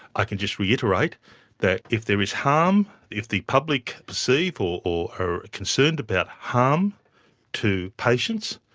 i can just reiterate that if there is harm, if the public perceive or or are concerned about harm to patients,